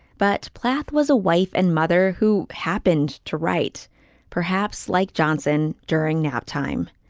but plath was a wife and mother who happened to write perhaps like johnson during naptime.